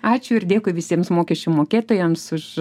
ačiū ir dėkui visiems mokesčių mokėtojams už